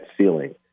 ceiling